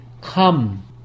come